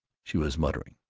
she was muttering.